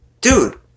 Dude